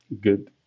good